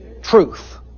Truth